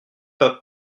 pas